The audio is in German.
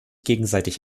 gegenseitig